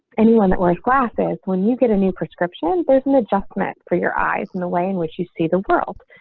anyone that was classes when you get a new prescription. there's an adjustment for your eyes and the way in which you see the world.